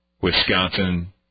Wisconsin